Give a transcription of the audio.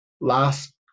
last